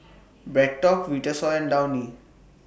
BreadTalk Vitasoy and Downy